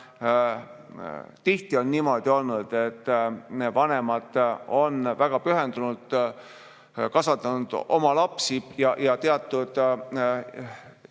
tihti on niimoodi olnud, et vanemad on väga pühendunult kasvatanud oma lapsi, mis